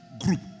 group